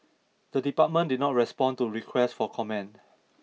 the department did not respond to requests for comment